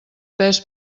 pes